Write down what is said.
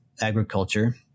agriculture